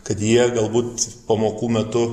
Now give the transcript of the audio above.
kad jie galbūt pamokų metu